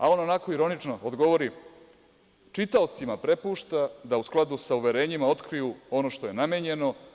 A, on onako, ironično odgovori - čitaocima prepuštam da u skladu sa uverenjem otkriju ono što je namenjeno.